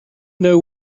know